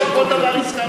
לא לכל דבר הסכמתי.